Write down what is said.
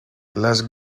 las